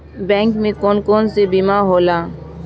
Bank में कौन कौन से बीमा होला?